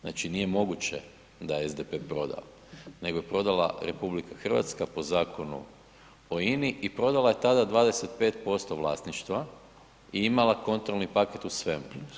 Znači nije moguće da je SDP prodao, nego je prodala RH po Zakonu o INA-i i prodala je tada 25% vlasništva i imala je kontrolni paket u svemu.